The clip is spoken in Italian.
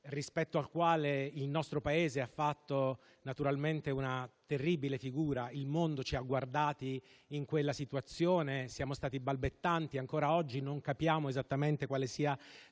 rispetto alla quale il nostro Paese naturalmente ha fatto una terribile figura. Il mondo ci ha guardati in quella situazione: siamo stati balbettanti e ancora oggi non capiamo esattamente quale sia